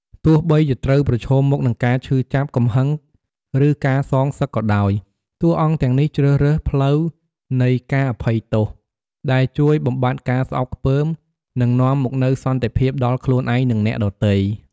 ទោះបីជាត្រូវប្រឈមមុខនឹងការឈឺចាប់ កំហឹង ឬការសងសឹកក៏ដោយ តួអង្គទាំងនេះជ្រើសរើសផ្លូវនៃការអភ័យទោស ដែលជួយបំបាត់ការស្អប់ខ្ពើម និងនាំមកនូវសន្តិភាពដល់ខ្លួនឯង និងអ្នកដទៃ។